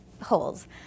holes